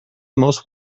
most